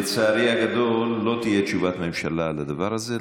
לצערי הגדול לא תהיה תשובת ממשלה על הדבר הזה.